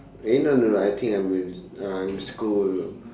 eh no no I think I'm in I'm in school